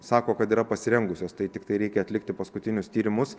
sako kad yra pasirengusios tai tiktai reikia atlikti paskutinius tyrimus